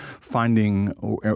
finding